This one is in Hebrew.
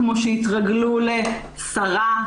כמו שהתרגלו ל"שרה",